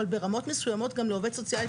אבל ברמות מסוימות גם לעובדץ סוציאלית